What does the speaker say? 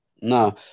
no